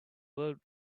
bought